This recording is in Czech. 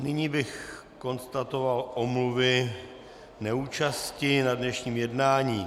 Nyní bych konstatoval omluvy neúčasti na dnešním jednání.